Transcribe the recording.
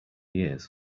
years